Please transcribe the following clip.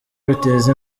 biteza